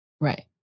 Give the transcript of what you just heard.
Right